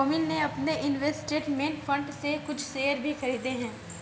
रोमिल ने अपने investment fund से कुछ शेयर भी खरीदे है